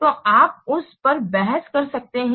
तो आप उस पर बहस कर सकते हैं